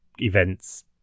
events